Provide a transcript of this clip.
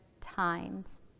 times